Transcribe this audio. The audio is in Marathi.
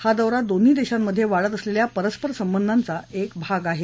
हा दौरा दोन्ही देशांमध्ये वाढत असलेल्या परस्पर संबंधांचा एक भाग आहे